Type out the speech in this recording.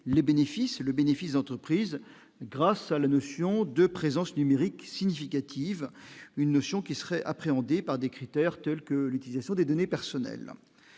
les bénéfices, le bénéfice d'entreprise grâce à la notion de présence numérique significative, une notion qui serait appréhendé par des critères tels que l'utilisation des données personnelles,